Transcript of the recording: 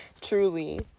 Truly